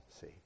see